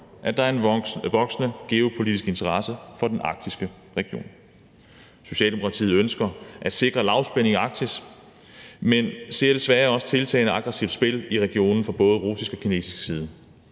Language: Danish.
at der er en voksende geopolitisk interesse for den arktiske region. Socialdemokratiet ønsker at sikre lavspænding i Arktis, men vi ser desværre også et tiltagende aggressivt spil i regionen fra både russisk og kinesisk side.